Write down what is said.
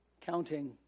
counting